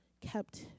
kept